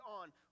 on